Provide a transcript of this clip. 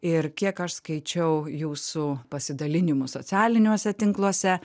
ir kiek aš skaičiau jūsų pasidalinimų socialiniuose tinkluose